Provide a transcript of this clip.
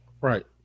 right